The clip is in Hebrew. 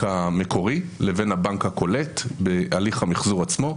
המקורי לבין הבנק הקולט בהליך המחזור עצמו,